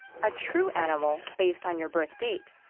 a true animal based on your birth date,